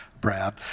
Brad